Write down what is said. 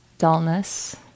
dullness